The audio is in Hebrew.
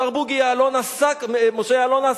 השר משה יעלון עסק בזה